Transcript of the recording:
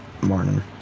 morning